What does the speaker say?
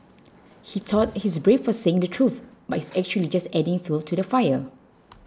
he thought he's brave for saying the truth but he's actually just adding fuel to the fire